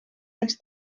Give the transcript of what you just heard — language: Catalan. dels